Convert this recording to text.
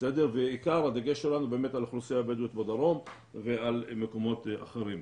עיקר הדגש שלנו הוא על האוכלוסייה הבדואית בדרום ועל מקומות אחרים.